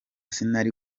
sinari